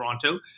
Toronto